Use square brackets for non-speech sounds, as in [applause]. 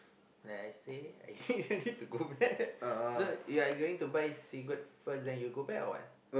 like I say I say [laughs] don't need to go back so you are going to buy cigarette first then you go back or what